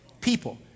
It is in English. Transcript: People